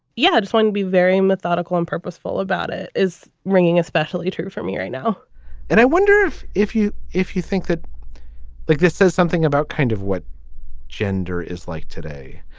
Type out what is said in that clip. yeah, i just want to be very methodical and purposeful about it is ringing, especially true for me right now and i wonder if if you if you think that like this says something about kind of what gender is like today.